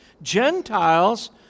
Gentiles